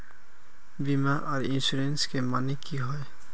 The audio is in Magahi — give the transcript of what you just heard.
बीमा आर इंश्योरेंस के माने की होय?